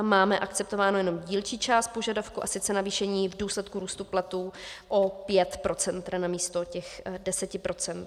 Máme akceptovánu jenom dílčí část požadavků, a sice navýšení v důsledku růstu platů o 5 % místo těch 10 %.